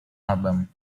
album